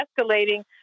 escalating